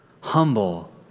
humble